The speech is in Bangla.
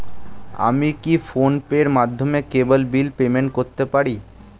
আমি কি ফোন পের মাধ্যমে কেবল বিল পেমেন্ট করতে পারি?